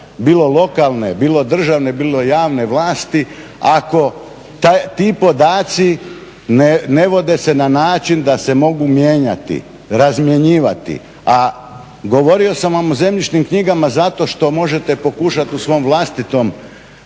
bilo lokalne, bilo državne, bilo javne vlasti ako ti podaci ne vode se na način da se mogu mijenjati, razmjenjivati. A govorio sam vam o zemljišnim knjigama zato što možete pokušati u svom vlastitom